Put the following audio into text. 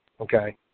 okay